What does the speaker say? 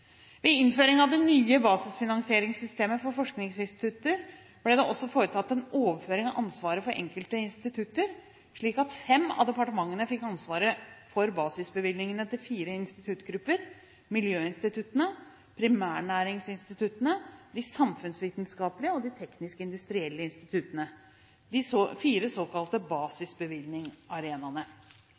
Ved innføring av det nye basisfinansieringssystemet for forskningsinstitutter ble det også foretatt en overføring av ansvaret for enkelte institutter, slik at fem av departementene fikk ansvaret for basisbevilgningene til fire instituttgrupper: miljøinstituttene, primærnæringsinstituttene, de samfunnsvitenskapelige instituttene og de teknisk-industrielle instituttene – de fire såkalte